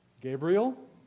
Gabriel